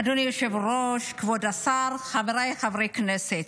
אדוני היושב-ראש, כבוד השר, חבריי חברי הכנסת,